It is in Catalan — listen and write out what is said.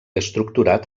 estructurat